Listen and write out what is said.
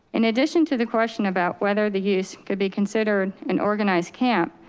in addition to the question about whether the use could be considered an organized camp,